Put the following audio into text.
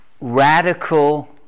radical